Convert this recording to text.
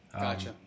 Gotcha